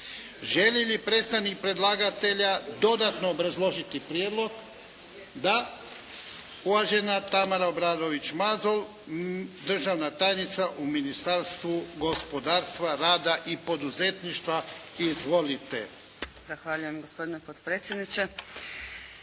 Želi li predstavnik predlagatelja dodatno obrazložiti prijedlog? Da. Uvažena Tamara Obradović Mazal, državna tajnicia u Ministarstvu gospodarstva, rada i poduzetništva. Izvolite. **Obradović Mazal, Tamara** Zahvaljujem gospodine potpredsjedniče.